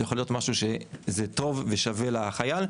זה יכול להיות משהו שזה טוב ושווה לחייל.